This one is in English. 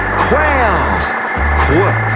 quail q ah